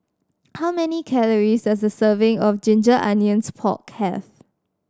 how many calories does a serving of ginger onions pork have